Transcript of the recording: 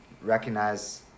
recognize